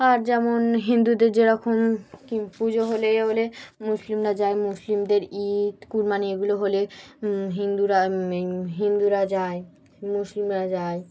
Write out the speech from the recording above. আর যেমন হিন্দুদের যেরকম কি পুজো হলে ইয়ে হলে মুসলিমরা যায় মুসলিমদের ঈদ কুরবানি এগুলো হলে হিন্দুরা হিন্দুরা যায় মুসলিমরা যায়